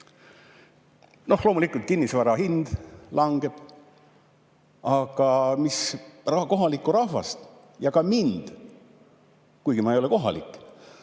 Loomulikult, kinnisvara hind langeb. Aga kohalikku rahvast – ja ka mind, kuigi ma ei ole kohalik